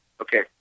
Okay